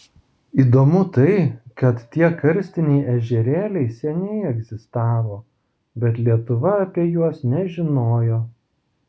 įdomu tai kad tie karstiniai ežerėliai seniai egzistavo bet lietuva apie juos nežinojo